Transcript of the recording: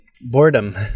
boredom